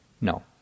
no